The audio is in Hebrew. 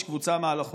יש קבוצה מעל החוק.